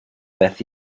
beth